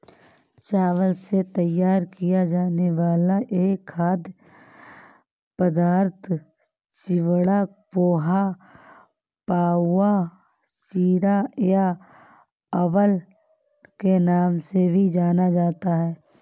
चावल से तैयार किया जाने वाला यह खाद्य पदार्थ चिवड़ा, पोहा, पाउवा, चिरा या अवल के नाम से भी जाना जाता है